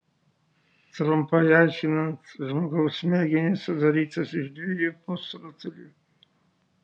trumpai aiškinant žmogaus smegenys sudarytos iš dviejų pusrutulių